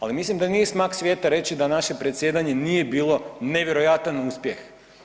Ali mislim da nije smak svijeta reći da naše predsjedanje nije bilo nevjerojatan uspjeh.